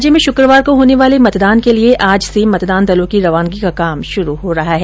राज्य में शुक्रवार को होने वाले मतदान के लिए आज से मतदान दलों की रवानगी का काम शुरू हो हो रहा है